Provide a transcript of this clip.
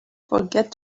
forget